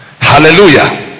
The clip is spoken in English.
Hallelujah